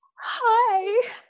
Hi